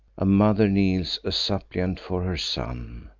a mother kneels a suppliant for her son.